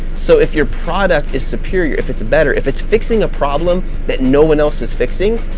so, if your product is superior, if it's better, if it's fixing a problem that no one else is fixing,